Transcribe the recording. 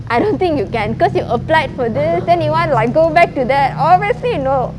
I don't think you can because you applied for this then you want to like go back to that obviously no